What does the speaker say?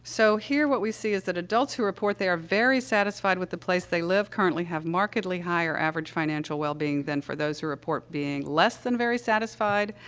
so, here, what we see is that adults who report they are very satisfied with the place they live currently have markedly higher average financial wellbeing than for those who report being less than very satisfied,